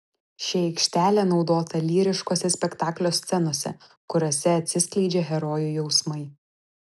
ši aikštelė naudota lyriškose spektaklio scenose kuriose atsiskleidžia herojų jausmai